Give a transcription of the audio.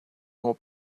more